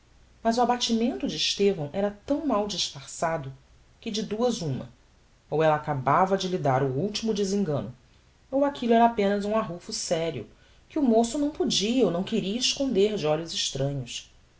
mas o abatimento de estevão era tão mal disfarçado que de duas uma ou ella acabava de lhe dar o ultimo desengano ou aquillo era apenas um arrufo serio que o moço não podia ou não queria esconder de olhos extranhos